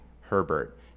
Herbert